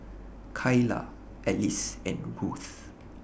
Kylah Elyse and Ruth